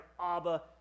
Abba